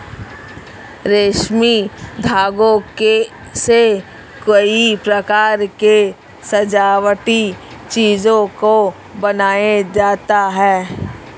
रेशमी धागों से कई प्रकार के सजावटी चीजों को बनाया जाता है